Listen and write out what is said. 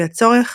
לפי הצורך,